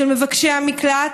של מבקשי המקלט,